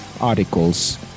articles